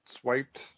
swiped